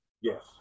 Yes